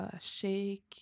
shake